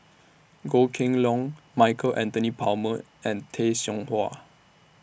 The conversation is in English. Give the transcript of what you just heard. Goh Kheng Long Michael Anthony Palmer and Tay Seow Huah